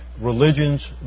religions